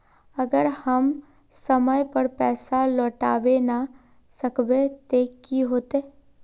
अगर हम समय पर पैसा लौटावे ना सकबे ते की होते?